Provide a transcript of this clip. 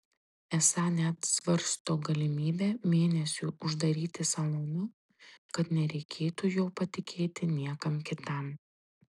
esą net svarsto galimybę mėnesiui uždaryti saloną kad nereikėtų jo patikėti niekam kitam